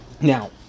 Now